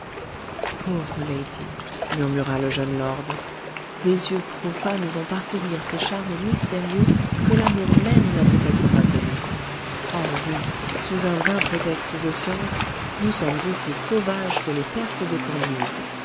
pauvre lady murmura le jeune lord des yeux profanes vont parcourir ces charmes mystérieux que l'amour même n'a peut-être pas connus oh oui sous un vain prétexte de science nous sommes aussi sauvages que les perses de cambyse